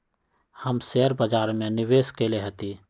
हम शेयर बाजार में निवेश कएले हती